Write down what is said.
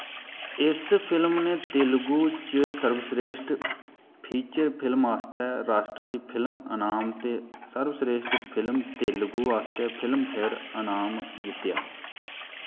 इस फिल्म ने तेलुगु च सर्वश्रेश्ट फीचर फिल्म आस्तै राश्ट्री फिल्म अनाम ते सर्वश्रेश्ट फिल्म तेलुगु आस्तै फिल्मफेयर अनाम जित्तेआ